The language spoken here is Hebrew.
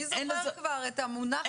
מי זוכר כבר את המונח?